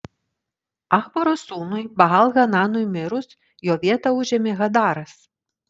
achboro sūnui baal hananui mirus jo vietą užėmė hadaras